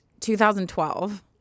2012